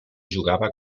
jugava